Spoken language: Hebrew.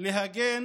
להגן